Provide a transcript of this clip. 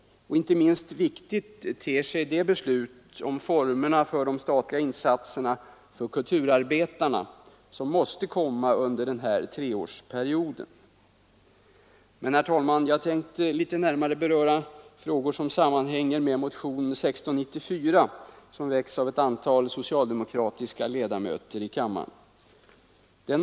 Inte minst viktigt ter sig det beslut om formerna för de statliga insatserna för kulturarbetarna som måste komma under denna treårsperiod. Men, herr talman, jag tänker litet närmare beröra frågor som sammanhänger med motionen 1694, som väckts av ett antal socialdemokratiska ledamöter i kammaren.